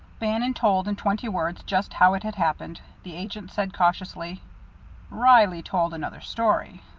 bannon told in twenty words just how it had happened. the agent said cautiously reilly told another story.